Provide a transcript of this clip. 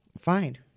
Fine